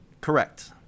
Correct